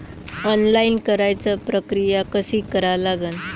Online कराच प्रक्रिया कशी करा लागन?